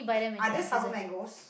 are there sour mangoes